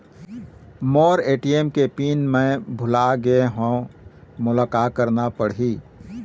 मोर ATM के PIN मैं भुला गैर ह, मोला का करना पढ़ही?